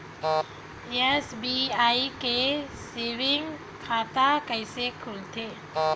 SBI के saving खाता कइसे खोलथे?